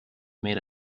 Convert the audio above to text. made